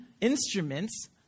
instruments